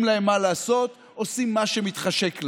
להם מה לעשות עושים מה שמתחשק להם.